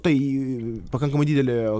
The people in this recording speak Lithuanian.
tai pakankamai didelė